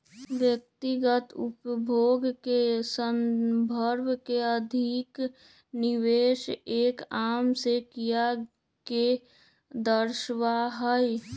व्यक्तिगत उपभोग के संदर्भ में अधिक निवेश एक आम से क्रिया के दर्शावा हई